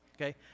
Okay